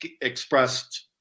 expressed